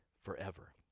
forever